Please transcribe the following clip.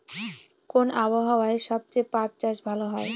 কোন আবহাওয়ায় সবচেয়ে পাট চাষ ভালো হয়?